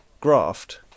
Graft